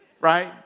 right